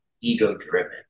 ego-driven